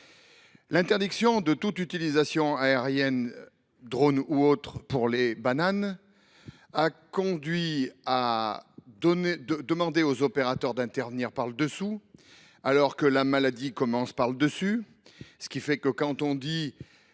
L’interdiction de tout épandage aérien – par drone ou autre – pour les bananes a conduit à demander aux opérateurs de traiter par le dessous, alors que la maladie commence par le dessus.